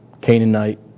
Canaanite